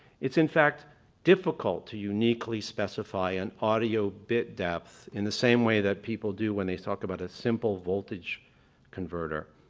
it's in fact difficult to uniquely specify an audio bit depth in the same way that people do when they talk about a simple voltage converter